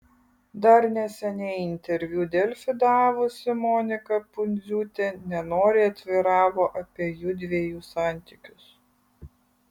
dar neseniai interviu delfi davusi monika pundziūtė nenoriai atviravo apie jųdviejų santykius